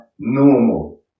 normal